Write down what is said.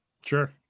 Sure